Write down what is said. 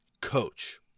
coach